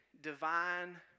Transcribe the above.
divine